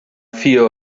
fear